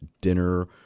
dinner